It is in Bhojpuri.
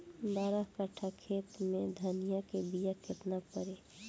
बारह कट्ठाखेत में धनिया के बीया केतना परी?